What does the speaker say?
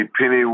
Penny